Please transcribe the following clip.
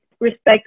respect